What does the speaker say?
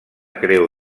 creu